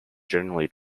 generally